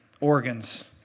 organs